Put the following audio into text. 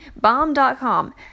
Bomb.com